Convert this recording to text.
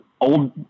Old